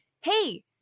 hey